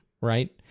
right